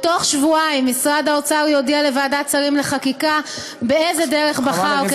בתוך שבועיים משרד האוצר יודיע לוועדת שרים לחקיקה באיזה דרך בחר,